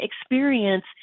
experience